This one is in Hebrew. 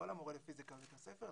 לא למורה לפיזיקה בבית הספר,